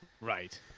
right